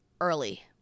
early